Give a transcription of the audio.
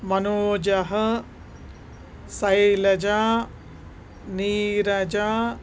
मनोजः शैलजा नीरजा